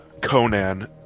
Conan